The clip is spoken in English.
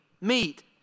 meet